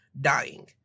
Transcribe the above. dying